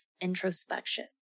introspection